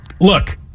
look